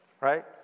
right